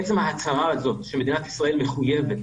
עצם ההצהרה הזאת שמדינת ישראל מחויבת,